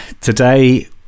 Today